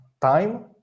time